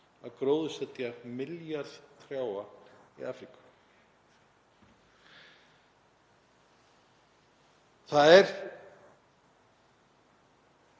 að gróðursetja milljarð trjáa í Afríku. Það